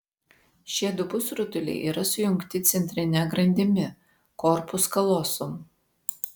šie du pusrutuliai yra sujungti centrine grandimi korpus kalosum